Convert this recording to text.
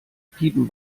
piepen